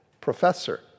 professor